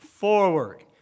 forward